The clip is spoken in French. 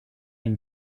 une